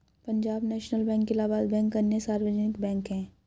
Punjab National Bank Allahabad Bank अन्य सार्वजनिक bank है